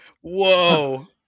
Whoa